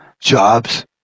jobs